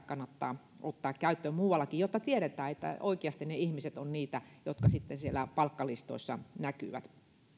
kannattaa ottaa käyttöön muuallakin jotta tiedetään että ne ihmiset ovat oikeasti niitä jotka siellä palkkalistoissa näkyvät